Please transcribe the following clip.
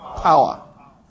Power